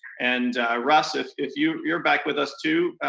and russ, if if you're you're back with us too,